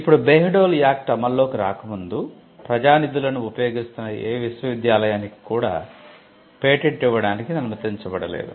ఇప్పుడు Bayh Dole act అమల్లోకి రాకముందు ప్రజా నిధులను ఉపయోగిస్తున్న ఏ విశ్వవిద్యాలయానికి కూడా పేటెంట్ ఇవ్వడానికి అనుమతించబడలేదు